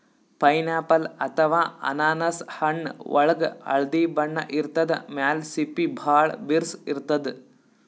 pineapple ಅಥವಾ ಅನಾನಸ್ ಹಣ್ಣ್ ಒಳ್ಗ್ ಹಳ್ದಿ ಬಣ್ಣ ಇರ್ತದ್ ಮ್ಯಾಲ್ ಸಿಪ್ಪಿ ಭಾಳ್ ಬಿರ್ಸ್ ಇರ್ತದ್